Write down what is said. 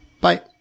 Bye